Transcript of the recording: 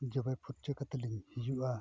ᱡᱚᱵᱮ ᱯᱷᱩᱨᱪᱟᱹ ᱠᱟᱛᱮᱫ ᱞᱤᱧ ᱦᱤᱡᱩᱜᱼᱟ